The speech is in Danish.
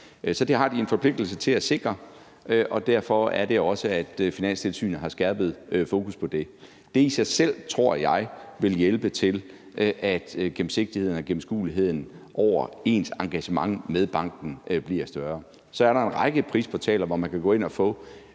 Så det har de en forpligtigelse til at sikre, og derfor er det også, at Finanstilsynet har skærpet fokus på det. Det i sig selv tror jeg vil hjælpe til, at gennemsigtigheden og gennemskueligheden i ens engagement med banken bliver større. Så er der en række prisportaler, hvor man kan gå ind og få,